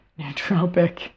nootropic